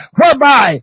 whereby